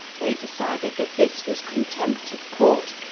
they decided that this was contempt of court,